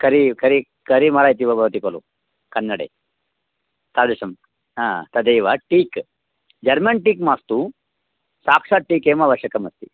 करी करि करिमरा इति व भवति खलु कन्नडे तादृशं तदेव टीक् जर्मन् टीक् मास्तु साक्षात् टीक् एव आवश्यकमस्ति